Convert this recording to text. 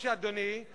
הוא יודע את זה,